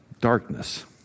Darkness